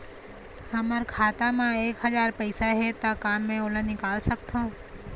हमर खाता मा एक हजार पैसा हे ता का मैं ओला निकाल सकथव?